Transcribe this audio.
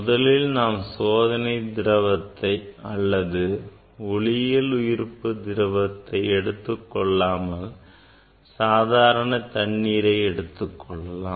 முதலில் நாம் சோதனை திரவத்தை அல்லது ஒளியியலுயிர்ப்பு திரவத்தை எடுத்துக்கொள்ளாமல் சாதாரண தண்ணீரை எடுத்துக் கொள்ளலாம்